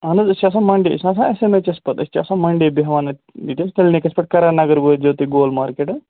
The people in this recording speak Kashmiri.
اَہن حظ أسی چھِ آسان مَنڈے أسۍ چھِنا آسان اٮ۪س اٮ۪م اٮ۪چ اٮ۪س پَتہٕ أسۍ چھِ آسان مَنڈے بیٚہوان اَتہِ ییٚتہِ حظ کٕلنِکَس پٮ۪ٹھ کَرانَگَر وٲتۍزیو تُہۍ گول مارکیٹ ہاں